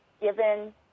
given